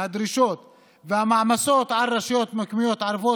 והדרישות והמעמסות על רשויות מקומיות ערביות